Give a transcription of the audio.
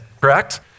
correct